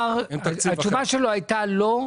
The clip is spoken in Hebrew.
התשובה שלו הייתה "לא"